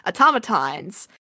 automatons